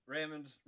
Raymond